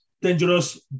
dangerous